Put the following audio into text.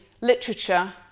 literature